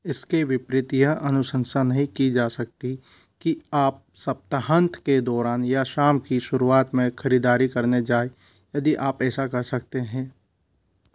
इसके विपरीत यह अनुशंसा नहीं की जा सकती कि आप सप्ताहांत के दौरान या शाम की शुरुआत में खरीदारी करने जाएँ यदि आप ऐसा कर सकते हैं